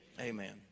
amen